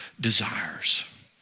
desires